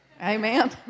Amen